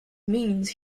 means